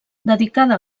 dedicada